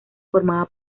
formaba